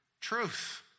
truth